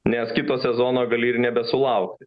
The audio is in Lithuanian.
nes kito sezono gali ir nebesulaukti